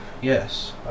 Yes